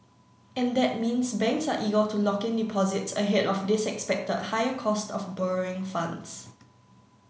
and that means banks are eager to lock in deposits ahead of this expected higher cost of borrowing funds